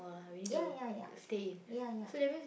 ya ya ya ya ya